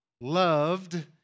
Loved